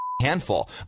handful